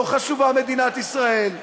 לא חשובה מדינת ישראל,